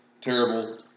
terrible